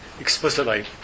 explicitly